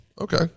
Okay